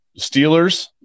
Steelers